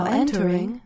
entering